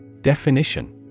Definition